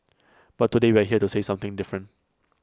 but today we're here to say something different